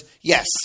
yes